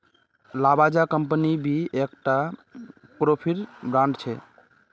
Lavazza company भी एक टा कोफीर ब्रांड छे